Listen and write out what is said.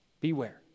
Beware